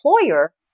employer